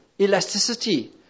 elasticity